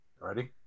Ready